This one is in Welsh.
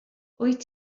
wyt